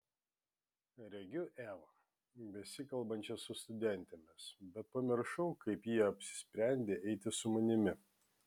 regiu evą besikalbančią su studentėmis bet pamiršau kaip ji apsisprendė eiti su manimi